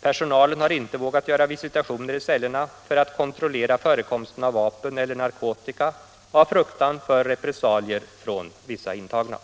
Personalen har inte vågat göra visitationer i cellerna för att kontrollera förekomsten av vapen eller narkotika, av fruktan för repressalier från vissa intagna.